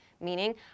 meaning